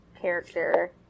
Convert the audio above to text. character